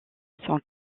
son